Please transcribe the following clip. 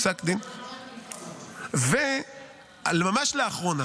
פסק דין ------ וממש לאחרונה,